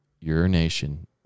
urination